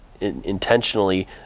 intentionally